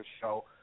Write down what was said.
show